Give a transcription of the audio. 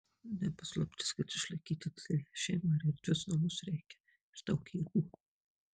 ne paslaptis kad išlaikyti didelę šeimą ir erdvius namus reikia ir daug jėgų